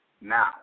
now